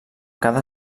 cada